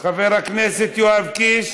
חבר הכנסת יואב קיש,